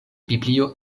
biblio